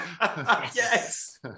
Yes